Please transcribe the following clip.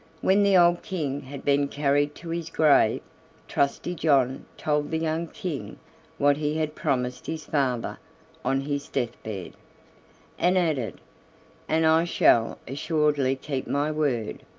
when the old king had been carried to his grave trusty john told the young king what he had promised his father on his death-bed, and added and i shall assuredly keep my word,